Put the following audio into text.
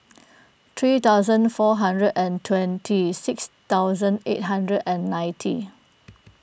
three thousand four hundred and twenty six thousand eight hundred and ninety